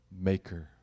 maker